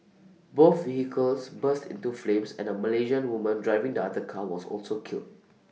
both vehicles burst into flames and A Malaysian woman driving the other car was also killed